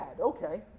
okay